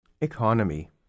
Economy